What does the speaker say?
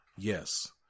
Yes